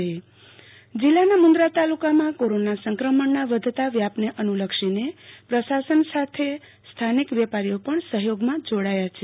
આરતી Bhatt Mundra સ્વયંભુ બંધ જિલ્લાના મુન્દ્રા તાલુકામાં કોરોના સંક્રમણના વધતા વ્યાપને અનુ લક્ષીને પ્રસાસન સાથે સ્થાનિક વેપારીઓ પણ સહયોગમાં જોડાયા છે